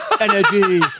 energy